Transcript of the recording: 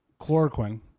chloroquine